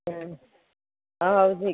ହଉ